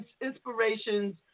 inspirations